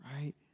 right